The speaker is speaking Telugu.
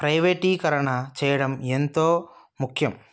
ప్రైవేటీకరణ చేయడం ఎంతో ముఖ్యం